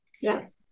Yes